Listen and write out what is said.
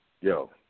Yo